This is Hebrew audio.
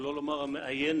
שלא לומר המאיינת,